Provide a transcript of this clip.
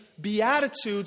Beatitudes